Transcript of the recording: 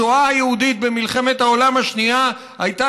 השואה היהודית במלחמת העולם השנייה הייתה